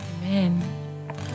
Amen